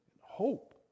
hope